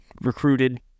recruited